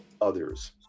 others